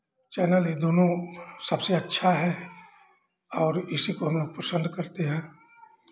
channel ये दोनों सबसे अच्छा है और इसी को हम लोग पसंद करते हैं